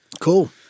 Cool